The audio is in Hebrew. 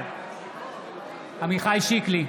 בעד עמיחי שיקלי,